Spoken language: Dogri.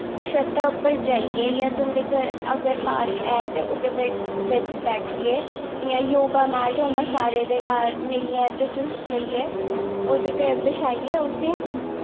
छत्ता उप्पर जाइयै जां तुं'दे घर अगर पार्क ऐ ते उद्धर बिच बैठिये जां योगा मैट ते होंदा सारें दे घर नेईं ऐ ते तुस लेइयै ओह्दे बछाइयै ते उसी